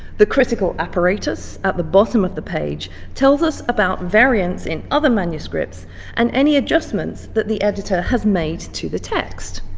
the critical apparatus at the bottom of the page tells us about variants in other manuscripts and any adjustments that the editor has made to the text.